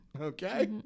Okay